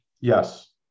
Yes